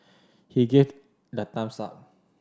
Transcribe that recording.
he give the thumbs up